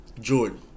Jordan